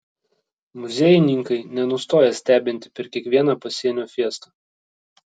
muziejininkai nenustoja stebinti per kiekvieną pasienio fiestą